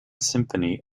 symphony